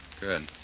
Good